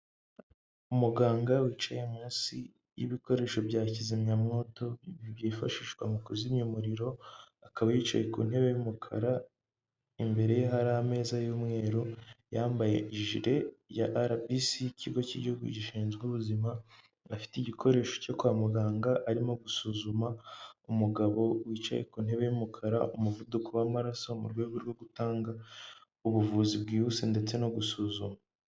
Umuganga wicaye munsi y'ibikoresho bya kizimyamwoto byifashishwa mu kuzimya umuriro akaba yicaye ku ntebe y'umukara imbere ye hari ameza y'umweru yambaye ijire ya RBC Ikigo cy’Igihugu gishinzwe Ubuzima afite igikoresho cyo kwa muganga arimo gusuzuma umugabo wicaye ku ntebe y'umukara umuvuduko w'amaraso mu rwego rwo gutanga ubuvuzi bwihuse ndetse no gusuzuma.